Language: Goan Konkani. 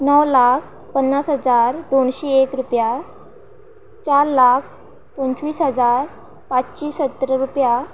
णव लाख पन्नास हजार दोनशीं एक रुपया चार लाख पंचवीस हजार पांचशीं सतरा रुपया